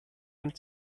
and